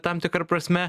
tam tikra prasme